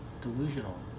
delusional